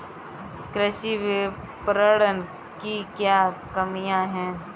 कृषि विपणन की क्या कमियाँ हैं?